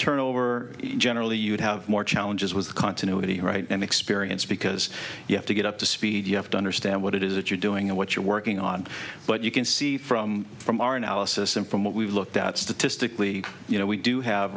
turnover generally you'd have more challenges with continuity right and experience because you have to get up to speed you have to understand what it is that you're doing and what you're working on but you can see from from our analysis and from what we've looked at statistically you know we do have